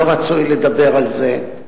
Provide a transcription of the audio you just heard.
לא רצוי לדבר על זה.